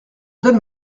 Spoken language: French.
donne